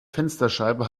fensterscheibe